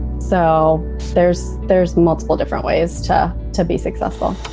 so there's there's multiple different ways to to be successful.